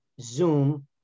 Zoom